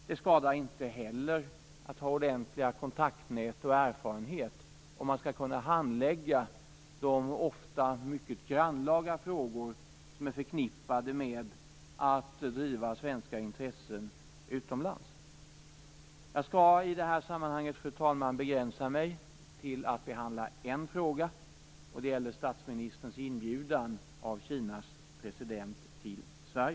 Det skadar heller inte att ha ordentliga kontaktnät och erfarenhet, och man skall kunna handlägga de ofta mycket grannlaga frågor som är förknippade med arbetet att driva svenska intressen utomlands. Jag skall i det här sammanhanget begränsa mig till att behandla en fråga. Det gäller då statsministerns inbjudan av Kinas president till Sverige.